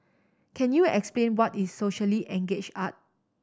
can you explain what is socially engage art